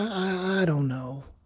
i i don't know.